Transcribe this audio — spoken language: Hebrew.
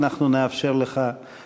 נאפשר לך גם את זה.